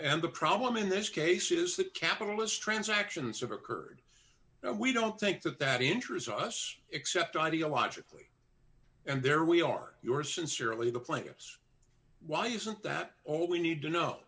and the problem in this case is the capitalist transactions of occurred we don't think that that interests us except ideologically and there we are your sincerely the players why isn't that all we need to know